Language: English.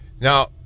Now